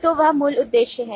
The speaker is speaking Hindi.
तो वह मूल उद्देश्य है